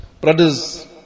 Brothers